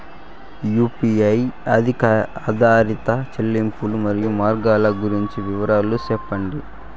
UPI ఆధారిత చెల్లింపులు, మరియు మార్గాలు గురించి వివరాలు సెప్పండి?